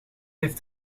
heeft